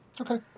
Okay